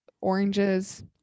oranges